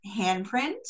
handprint